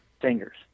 fingers